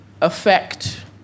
affect